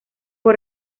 fue